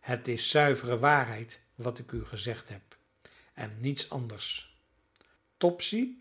het is zuivere waarheid wat ik u gezegd heb en niets anders topsy